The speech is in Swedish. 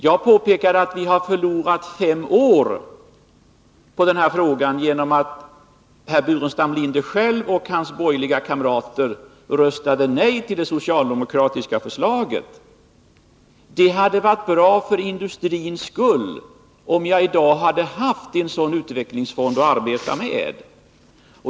Jag påpekade att vi har förlorat fem år på den här frågan genom att herr Burenstam Linder själv och hans borgerliga Det hade varit bra för industrins skull om jag i dag haft en sådan utvecklingsfond att arbeta med.